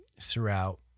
throughout